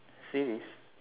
series